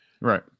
Right